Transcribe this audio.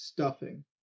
stuffing